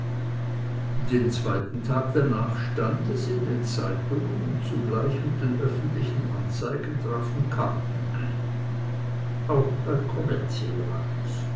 den zweiten tag danach stand es in den zeitungen und zugleich mit den öffentlichen anzeigen trafen karten ein auch bei